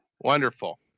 Wonderful